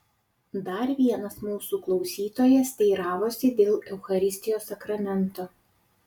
dar vienas mūsų klausytojas teiravosi dėl eucharistijos sakramento